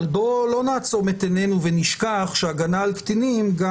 אבל בואו לא נעצום את עינינו ונשכח שההגנה על קטינים גם